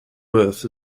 worth